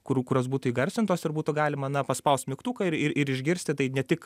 kurių kurios būtų įgarsintos ir būtų galima na paspaust mygtuką ir ir išgirsti tai ne tik